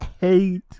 hate